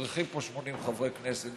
צריכים פה 80 חברי כנסת.